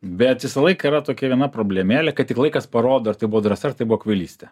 bet visąlaik yra tokia viena problemėlė kad tik laikas parodo ar tai buvo drąsa ar tai buvo kvailystė